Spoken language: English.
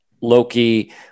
Loki